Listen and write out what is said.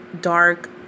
dark